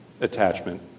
attachment